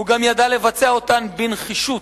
הוא ידע לבצע אותן בנחישות,